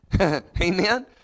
Amen